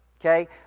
okay